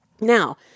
Now